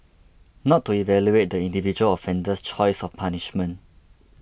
not to evaluate the individual offender's choice of punishment